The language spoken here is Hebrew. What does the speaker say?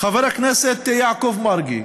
חבר הכנסת יעקב מרגי,